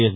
yes